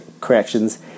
corrections